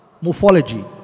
morphology